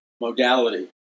modality